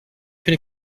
fais